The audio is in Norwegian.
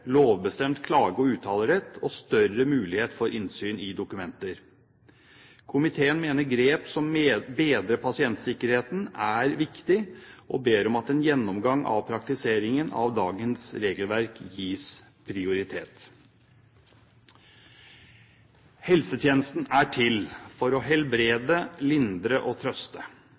lovbestemt klage- og uttalerett og større mulighet for innsyn i dokumenter. Komiteen mener grep som bedrer pasientsikkerheten, er viktig og ber om at en gjennomgang av praktisering av dagens regelverk gis prioritet. Helsetjenesten er til for å helbrede, lindre og trøste.